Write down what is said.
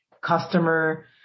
customer